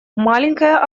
маленькая